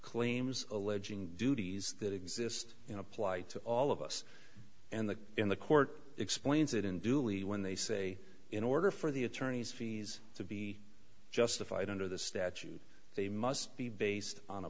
claims alleging duties that exist in apply to all of us and the in the court explains it in dooley when they say in order for the attorneys fees to be justified under the statute they must be based on a